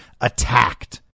attacked